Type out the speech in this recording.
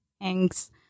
Thanks